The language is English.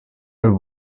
and